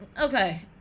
Okay